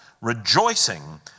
rejoicing